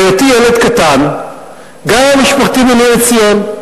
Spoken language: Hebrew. בהיותי ילד קטן, גרה משפחתי בניר-עציון.